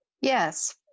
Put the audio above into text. Yes